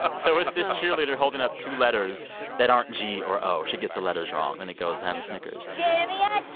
so it's this cheerleader holding up two letters that aren't g or o. she gets the letters wrong. and it goes, have a snickers yeah and yeah